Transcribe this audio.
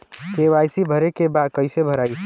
KYC भरे के बा कइसे भराई?